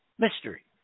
Mystery